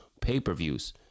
pay-per-views